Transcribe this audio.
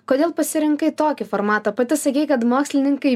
kodėl pasirinkai tokį formatą pati sakei kad mokslininkai